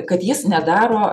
kad jis nedaro